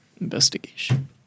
investigation